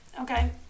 okay